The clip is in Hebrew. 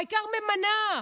העיקר, מְמַנֶּה.